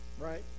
right